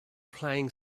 playing